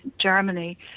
Germany